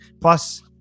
Plus